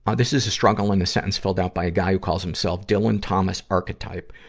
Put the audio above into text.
but this is a struggle in a sentence filled out by a guy who calls himself dylan thomas archetype.